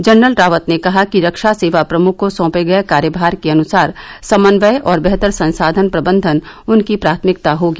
general Rawat ने कहा कि रक्षा सेवा प्रमुख को सौंपे गये कार्यमार के अनुसार समन्वय और बेहतर संसाधन प्रबंधन उनकी प्राथमिकता होगी